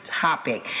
topic